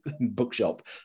bookshop